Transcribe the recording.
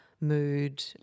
mood